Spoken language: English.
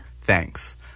Thanks